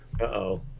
Uh-oh